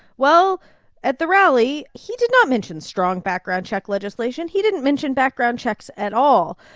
well at the rally, he did not mention strong background-check legislation. he didn't mention background checks at all.